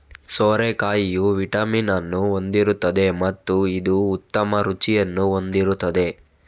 ಸೋರೆಕಾಯಿಯು vitamin ಅನ್ನು ಹೊಂದಿರುತ್ತದೆ ಮತ್ತು ಇದು ಉತ್ತಮ ರುಚಿಯನ್ನು ಹೊಂದಿರುತ್ತದೆ